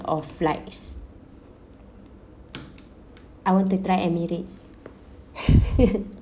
of flights I want to try Emirates